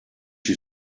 you